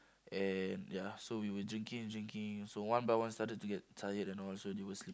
and ya so we were drinking and drinking so one by one started to get tired and also they were sleep